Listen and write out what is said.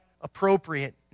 appropriate